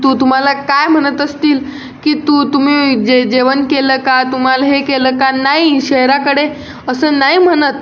तु तुम्हाला काय म्हणत असतील की तु तुम्ही जे जेवण केलं का तुम्हाला हे केलं का नाही शहराकडे असं नाही म्हणत